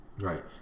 Right